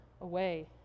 away